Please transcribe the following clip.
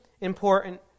important